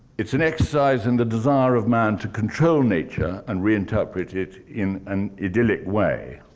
it's an exercise in the desire of man to control nature, and reinterpret it in an idyllic way.